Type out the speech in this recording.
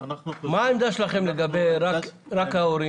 מה העמדה שלכם לגבי לחייב רק את ההורים?